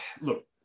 look